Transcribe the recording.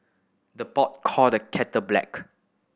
the pot call the kettle black